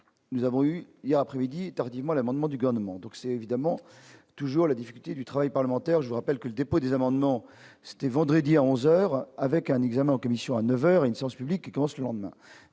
nous avons eu, il y a après midi tardivement l'amendement du gouvernement, donc c'est évidemment. Toujours la difficulté du travail parlementaire, je vous rappelle que le dépôt des amendements, c'était vendredi à 11 heures avec un examen en commission, à 9 heures une séance publique commence le lendemain